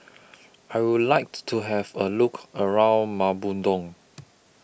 I Would like to Have A Look around Maputo